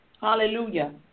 Hallelujah